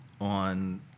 on